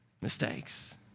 mistakes